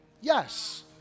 Yes